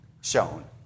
shown